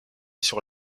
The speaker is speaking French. sur